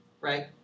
right